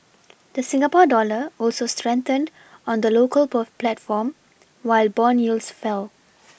the Singapore dollar also strengthened on the local plot platform while bond yields fell